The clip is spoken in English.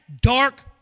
dark